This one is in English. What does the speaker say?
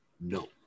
no